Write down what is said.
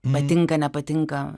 patinka nepatinka